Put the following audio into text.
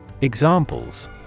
Examples